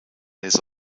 these